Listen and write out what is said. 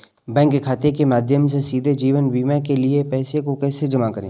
Bank खाते के माध्यम से सीधे जीवन बीमा के लिए पैसे को कैसे जमा करें?